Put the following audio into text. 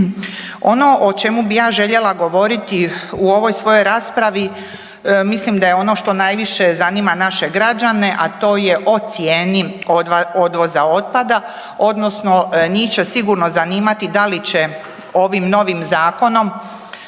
Ono o čemu bi ja željela govoriti u ovoj svojoj raspravi mislim da je ono što najviše zanima naše građane, a to je o cijeni odvoza otpada odnosno njih će sigurno zanimati da li će ovim novim zakonom,